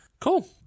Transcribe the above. Cool